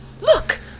Look